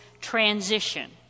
transition